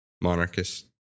monarchist